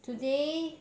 today